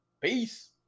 peace